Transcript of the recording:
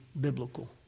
biblical